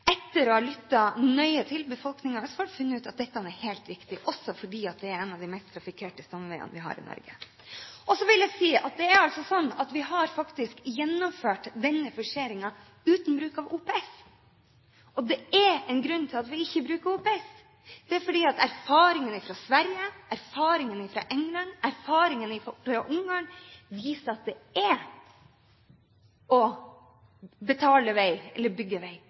etter å ha lyttet nøye til befolkningen i Østfold, funnet ut at dette er helt riktig, også fordi det er en av de mest trafikkerte stamveiene vi har i Norge. Og så vil jeg si at vi faktisk har gjennomført denne forseringen uten bruk av OPS. Det er en grunn til at vi ikke bruker OPS. Det er fordi erfaringene fra Sverige, erfaringene fra England, erfaringene fra Ungarn viser at det er å bygge vei